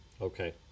Okay